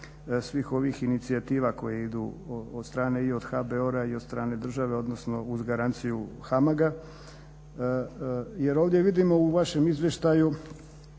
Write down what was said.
svih ovih inicijativa koje idu od strane i od HBOR-a i od strane države odnosno uz garanciju HAMAG-a jer ovdje vidimo u vašem izvještaju